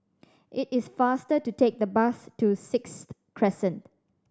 it is faster to take the bus to Sixth Crescent